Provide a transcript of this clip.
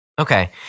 Okay